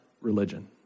religion